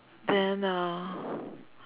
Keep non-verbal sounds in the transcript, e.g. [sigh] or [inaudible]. then uh [breath]